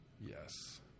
Yes